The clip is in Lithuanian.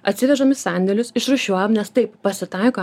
atsivežam į sandėlius išrūšiuojam nes taip pasitaiko